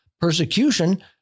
persecution